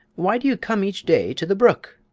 why do you come each day to the brook?